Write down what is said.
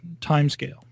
timescale